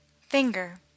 Finger